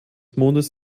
mondes